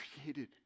created